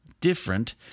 different